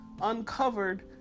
uncovered